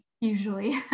usually